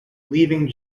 leaving